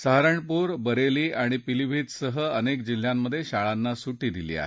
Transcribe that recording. सहारणपूर बरेली आणि पिलीभीतसह अनेक जिल्ह्यांमधे शाळांना सुट्टी दिली आहे